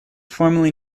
formerly